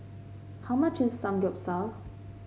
how much is Samgeyopsal